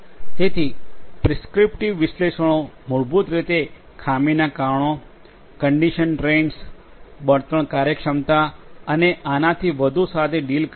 તેથી પ્રિસ્ક્રિપ્ટિવ વિશ્લેષણો મૂળભૂત રીતે ખામીના કારણો કન્ડિશન ટ્રેન્સ બળતણ કાર્યક્ષમતા અને આનાથી વધુ સાથે ડીલ કરે છે